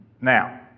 Now